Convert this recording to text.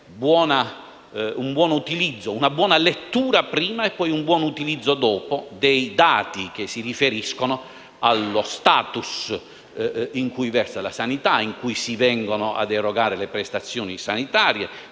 anche attraverso una buona lettura, prima, e un buono utilizzo, dopo, dei dati che si riferiscono allo *status* in cui versa la sanità, in cui si vengono a erogare le prestazioni sanitarie,